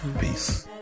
Peace